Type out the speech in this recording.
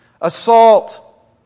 assault